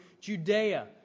Judea